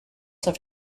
have